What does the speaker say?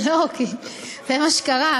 לא, כי זה מה שקרה.